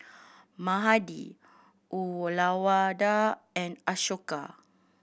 Mahade Uyyalawada and Ashoka